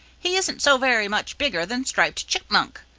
he isn't so very much bigger than striped chipmunk,